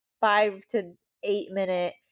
five-to-eight-minute